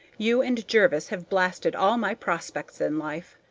you and jervis have blasted all my prospects in life.